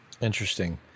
Interesting